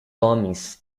homens